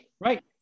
Right